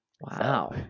Wow